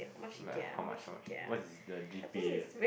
like how much how much what is the G_P_A